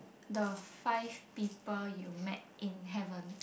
the Five People You Met in Heaven